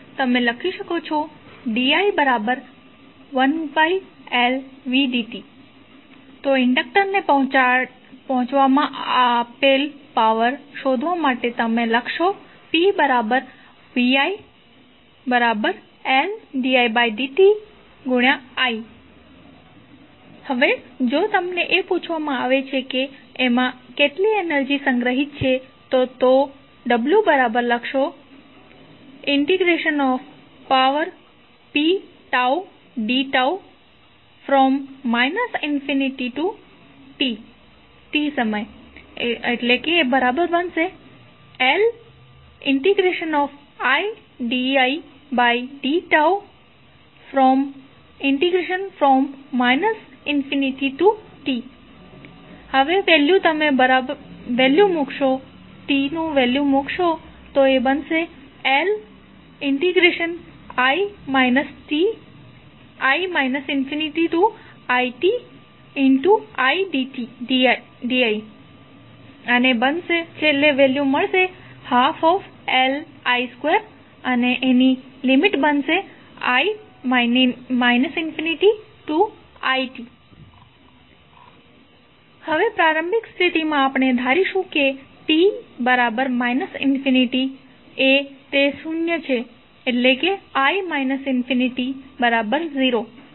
તમે લખી શકો છો di1Lvdt તો ઇન્ડક્ટરને પહોંચાડાયેલ પાવર શોધવા માટે તમે લખો pviLdidti હવે જો તમને એ પૂછવામાં આવે છે કે એમાં કેટલી એનર્જી સંગ્રહિત છે તો w ∞tpdτL ∞tididdτLi ∞itidi12Li2|iti ∞ હવે પ્રારંભિક સ્થિતિમાં આપણે ધારીશું કે t ∞ એ તે શૂન્ય છે i ∞0 તો છેવટે આપણને શું મળે છે